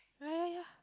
ya ya ya